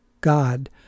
God